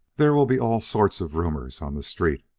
there will be all sorts of rumors on the street,